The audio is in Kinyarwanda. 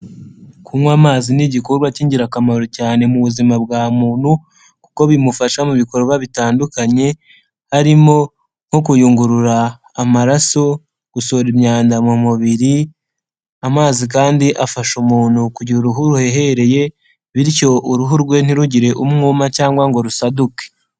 Kunywa amazi ni igikorwa cy'ingirakamaro cyane mu buzima bwa muntu, kuko bimufasha mu bikorwa bitandukanye, harimo nko kuyungurura amaraso, gusohora imyanda mu mubiri, amazi kandi afasha umuntu kugira uruhu ruhehereye, bityo uruhu rwe ntirugire umwuma cyangwa ngo rusaduke.